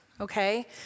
Okay